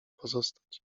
pozostać